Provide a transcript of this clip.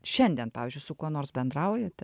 šiandien pavyzdžiui su kuo nors bendraujate